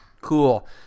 Cool